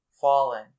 fallen